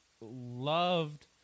loved